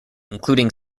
including